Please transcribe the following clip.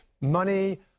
Money